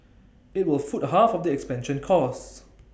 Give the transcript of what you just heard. IT will foot half of the expansion costs